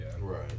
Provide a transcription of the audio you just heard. right